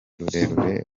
rurerure